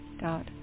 dot